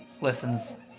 listens